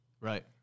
right